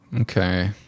okay